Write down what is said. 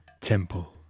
temple